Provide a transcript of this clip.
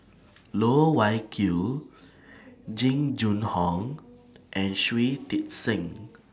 Loh Wai Kiew Jing Jun Hong and Shui Tit Sing